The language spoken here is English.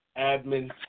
Admin